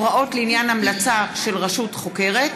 (הוראות לעניין המלצה של רשות חוקרת),